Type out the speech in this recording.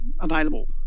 available